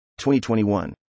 2021